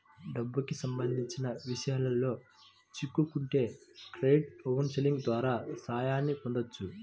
డబ్బుకి సంబంధించిన విషయాల్లో చిక్కుకుంటే క్రెడిట్ కౌన్సిలింగ్ ద్వారా సాయాన్ని పొందొచ్చు